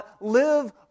live